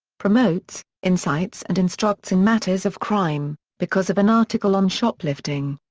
promotes, incites and instructs in matters of crime because of an article on shoplifting.